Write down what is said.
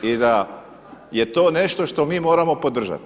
I da je to nešto što mi moramo podržati.